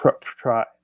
try